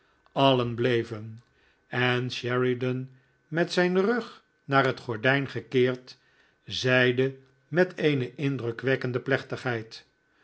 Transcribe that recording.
allen bleven en sheridan met zijn rug naar het gordijn gekeerd zeide met eene indrukwekkende plechtigheid